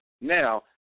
Now